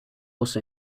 also